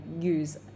use